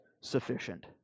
sufficient